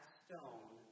stone